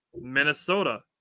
Minnesota